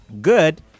good